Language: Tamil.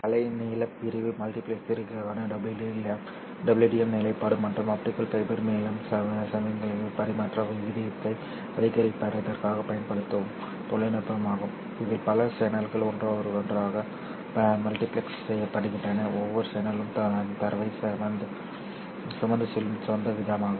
அலைநீளப் பிரிவு மல்டிபிளெக்சிங்கிற்கான WDM நிலைப்பாடு மற்றும் ஆப்டிகல் ஃபைபர்கள் மீது சமிக்ஞை பரிமாற்ற விகிதத்தை அதிகரிப்பதற்காகப் பயன்படுத்தப்படும் தொழில்நுட்பமாகும் இதில் பல சேனல்கள் ஒன்றாக மல்டிபிளக்ஸ் செய்யப்படுகின்றன ஒவ்வொரு சேனலும் தரவைச் சுமந்து செல்லும் சொந்த வீதமாகும்